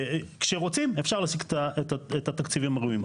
כשרוצים אפשר להשיג את התקציבים הראויים.